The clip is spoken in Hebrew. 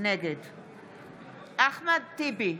אחמד טיבי,